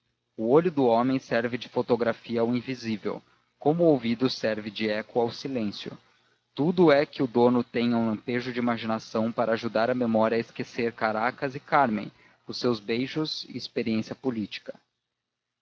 o olho do homem serve de fotografia ao invisível como o ouvido serve de eco ao silêncio tudo é que o dono tenha um lampejo de imaginação para ajudar a memória a esquecer caracas e cármen os seus beijos e experiência política